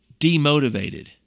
demotivated